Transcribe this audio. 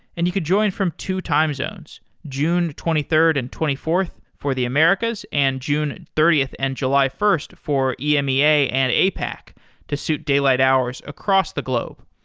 and you could join from two time zones, june twenty third and twenty fourth for the americas, and june thirtieth and july first for emea and apac to suit daylight hours across the globe.